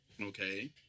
okay